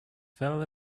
fell